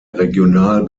regional